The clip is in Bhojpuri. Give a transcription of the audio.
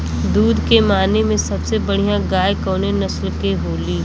दुध के माने मे सबसे बढ़ियां गाय कवने नस्ल के होली?